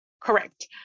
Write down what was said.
Correct